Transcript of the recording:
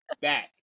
back